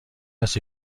است